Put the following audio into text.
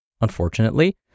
Unfortunately